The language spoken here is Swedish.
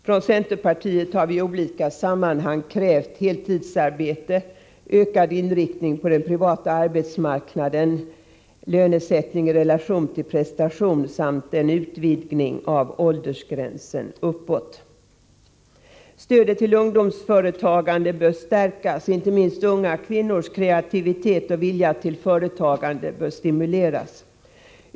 Från centerpartiet har vi i olika sammanhang krävt heltidsarbeten, ökad inriktning på den privata arbetsmarknaden, lönesättning i relation till prestation samt en utvidgning av åldersgränsen uppåt. Stödet till ungdomsföretagande bör stärkas. Inte minst unga kvinnors kreativitet och vilja till företagande bör stimuleras.